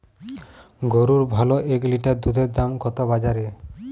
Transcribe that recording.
গরুর ভালো এক লিটার দুধের দাম কত বাজারে?